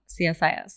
CSIS